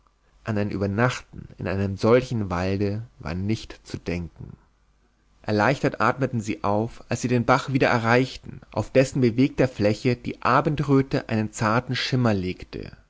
an ein übernachten in einem solchen walde war nicht zu denken erleichtert atmeten sie auf als sie den bach wieder erreichten auf dessen bewegter fläche die abendröte einen zarten schimmer legte